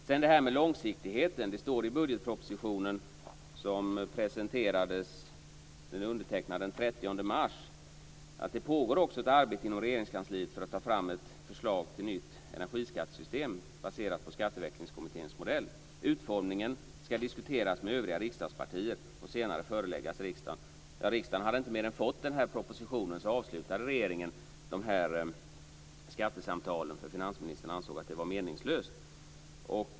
När det gäller långsiktigheten står det i budgetpropositionen som undertecknades den 30 mars: "Det pågår också ett arbete inom Regeringskansliet för att ta fram ett förslag till ett nytt energiskattesystem baserat på Skatteväxlingskommitténs modell. Utformningen av energiskattesystemet kommer att diskuteras med övriga riksdagspartier innan ett förslag föreläggs riksdagen." Men riksdagen hade inte mer än fått propositionen förrän regeringen avslutade skattesamtalen, eftersom finansministern ansåg att de var meningslösa.